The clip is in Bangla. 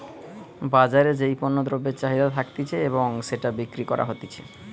বাজারে যেই পণ্য দ্রব্যের চাহিদা থাকতিছে এবং সেটা বিক্রি করা হতিছে